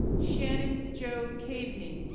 shannon jo caveny,